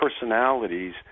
personalities